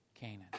Canaan